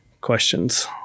questions